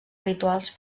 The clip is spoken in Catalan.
rituals